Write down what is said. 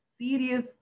serious